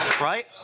Right